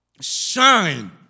shine